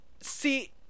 see